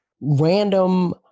random